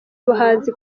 abahanzi